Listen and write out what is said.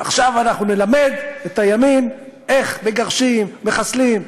עכשיו אנחנו נלמד את הימין איך מגרשים, מחסלים.